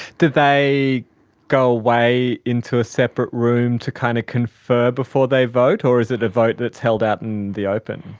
do they go away into a separate room to kind of confer before they vote, or is it a vote that is held out in the open?